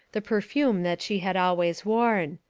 the perfume that she had always worn.